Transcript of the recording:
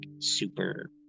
super